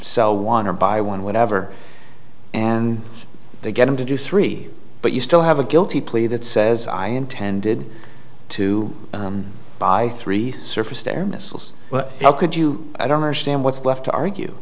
sell want to buy one whatever and they get him to do three but you still have a guilty plea that says i intended to buy three surface to air missiles how could you i don't understand what's left to argue